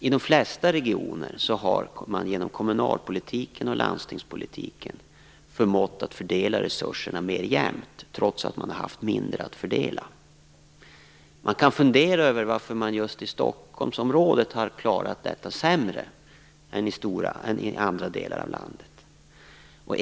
I de flesta regioner har man genom kommunalpolitiken och landstingspolitiken förmått fördela resurserna mer jämnt, trots att man har haft mindre att fördela. Man kan fundera över varför man just i Stockholmsområdet har klarat av detta sämre än i andra delar av landet.